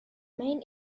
main